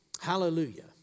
Hallelujah